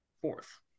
fourth